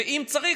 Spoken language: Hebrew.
ואם צריך,